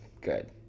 good